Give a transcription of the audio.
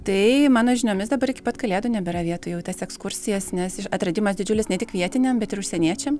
tai mano žiniomis dabar iki pat kalėdų nebėra vietų jau į tas ekskursijas nes atradimas didžiulis ne tik vietiniam bet ir užsieniečiam